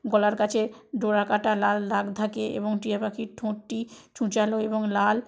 গলার কাছে ডোরা কাটা লাল দাগ থাকে এবং টিয়া পাখির ঠোঁটটি ছুঁচালো এবং লাল